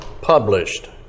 published